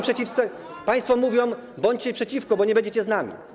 Państwo mówią: bądźcie przeciwko, bo nie będziecie z nami.